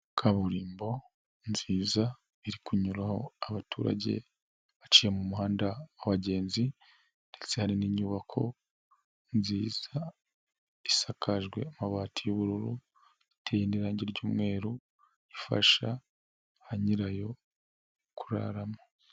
Kaburimbo nziza iri kunyuraho abaturage baciye mu muhanda w'abagenzi ndetse hari n'inyubako nziza isakajwe amabati y'ubururu iteye n'irange ry'umweru ifasha ba nyirayo kuraramo.